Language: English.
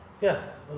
Yes